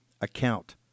account